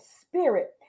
spirit